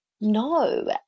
No